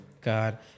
God